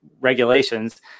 regulations